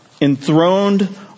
Enthroned